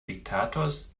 diktators